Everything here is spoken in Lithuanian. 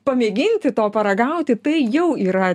pamėginti to paragauti tai jau yra